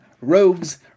Rogue's